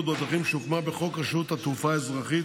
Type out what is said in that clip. בדרכים שהוקמה בחוק רשות התעופה האזרחית,